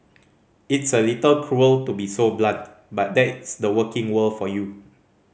it's a little cruel to be so blunt but that is the working world for you